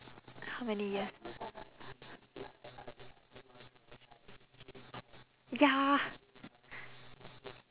how many years ya